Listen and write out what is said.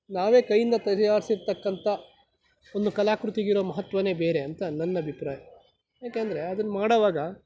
ನಾವೇ ಕೈಯಿಂದ ತಯಾರಿಸಿರತಕ್ಕಂಥ ಒಂದು ಕಲಾಕೃತಿಗಿರೋ ಮಹತ್ವವೇ ಬೇರೆ ಅಂತ ನನ್ನ ಅಭಿಪ್ರಾಯ ಯಾಕೆಂದರೆ ಅದನ್ನು ಮಾಡೋವಾಗ